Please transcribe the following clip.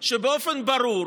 שבאופן ברור